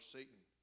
Satan